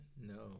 No